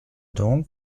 donc